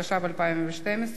התשע"ב 2012,